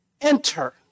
enter